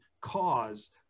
cause